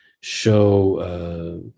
show